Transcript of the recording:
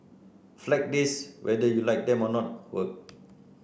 Flag Days whether you like them or not work